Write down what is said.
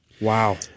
Wow